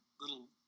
little